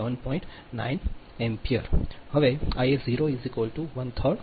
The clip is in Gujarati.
9 ° એમ્પીયર